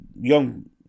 young